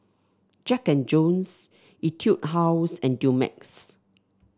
Jack And Jones Etude House and Dumex